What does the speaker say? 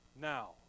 Now